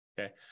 Okay